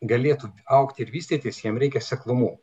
galėtų augti ir vystytis jiem reikia seklumų